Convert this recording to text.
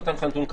נו,